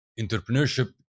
entrepreneurship